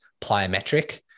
plyometric